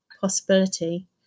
Possibility